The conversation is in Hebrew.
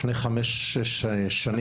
לפני חמש או שש שנים,